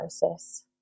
process